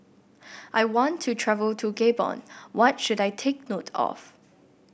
I want to travel to Gabon what should I take note of